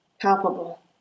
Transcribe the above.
palpable